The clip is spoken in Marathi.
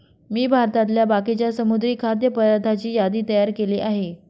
मी भारतातल्या बाकीच्या समुद्री खाद्य पदार्थांची यादी तयार केली आहे